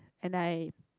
and I